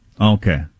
Okay